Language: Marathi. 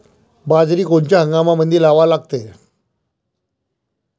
बाजरी कोनच्या हंगामामंदी लावा लागते?